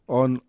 on